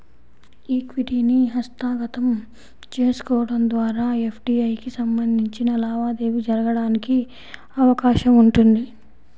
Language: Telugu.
ఈక్విటీని హస్తగతం చేసుకోవడం ద్వారా ఎఫ్డీఐకి సంబంధించిన లావాదేవీ జరగడానికి అవకాశం ఉంటుంది